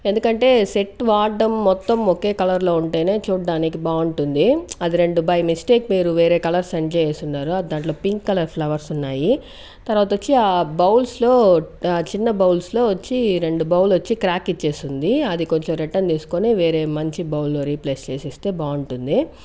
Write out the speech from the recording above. ఎందుకంటే సెట్ వాడడం మొత్తం ఒకే కలర్లో ఉంటేనే చూడ్డానికి బాగుంటుంది అది రెండు బై మిస్టేక్ వేరే కలర్ సెండ్ చేసేసున్నారు దాంట్లో పింక్ కలర్ ఫ్లవర్స్ ఉన్నాయి తర్వాతొచ్చి ఆ బౌల్స్లో చిన్న బౌల్స్లో వచ్చి రెండు బౌల్ వచ్చి క్రాక్ ఇచ్చేసింది అది కొంచెం రిటన్ తీసుకొని వేరే మంచి బౌల్ రీప్లేస్ చేసిస్తే బాగుంటుంది